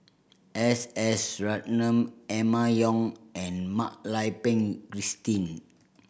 S S Ratnam Emma Yong and Mak Lai Peng Christine